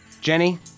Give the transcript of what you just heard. Jenny